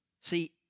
See